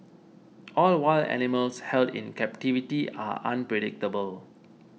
all wild animals held in captivity are unpredictable